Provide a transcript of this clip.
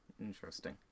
Interesting